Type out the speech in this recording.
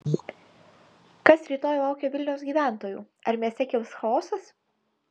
kas rytoj laukia vilnius gyventojų ar mieste kils chaosas